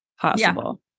possible